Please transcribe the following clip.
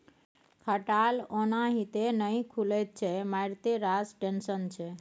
खटाल ओनाहिते नहि खुलैत छै मारिते रास टेंशन छै